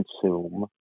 consume